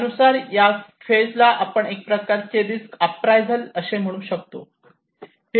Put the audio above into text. यानुसार या फेज ला आपण एक प्रकारचे रिस्क अँप्रायझल असे म्हणू शकतो